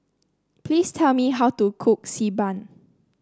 please tell me how to cook Xi Ban